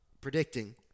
predicting –